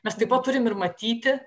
mes taip pat turim ir matyti